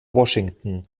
washington